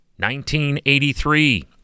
1983